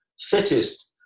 fittest